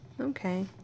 Okay